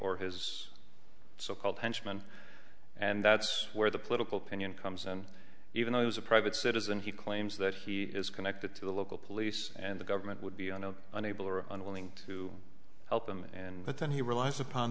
or his so called henchmen and that's where the political pinion comes and even though it was a private citizen he claims that he is connected to the local police and the government would be a no unable or unwilling to help him and that then he relies upon